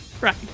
Right